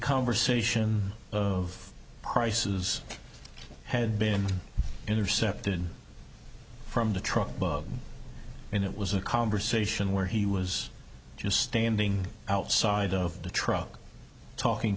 conversation of prices had been intercepted from the truck and it was a conversation where he was just standing outside of the truck talking